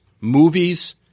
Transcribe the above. movies